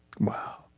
Wow